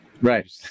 right